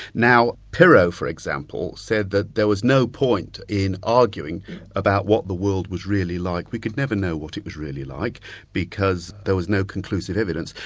now pyrrho, for example, said that there was no point in arguing about what the world was really like, you could never know what it was really like because there was no conclusive evidence,